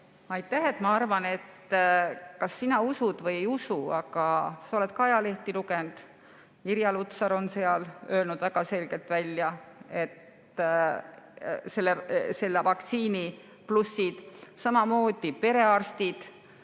Aitäh! Ma arvan, et kas sina usud või ei usu, aga sa oled ka ajalehti lugenud. Irja Lutsar on seal öelnud väga selgelt välja selle vaktsiini plussid, samamoodi perearstid